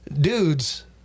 dudes